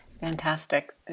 fantastic